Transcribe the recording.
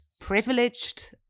privileged